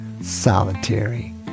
Solitary